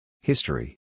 History